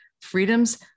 Freedoms